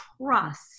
trust